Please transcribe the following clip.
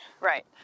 Right